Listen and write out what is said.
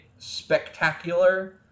Spectacular